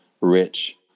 rich